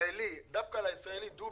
"דובק" אם